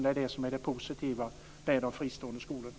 Det är det som är det positiva med de fristående skolorna.